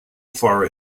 far